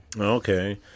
Okay